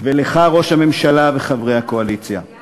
ולכם, ראש הממשלה וחברי הקואליציה, איל,